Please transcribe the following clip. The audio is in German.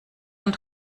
und